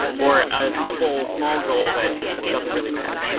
or a simple, small goal that doesn't really matter.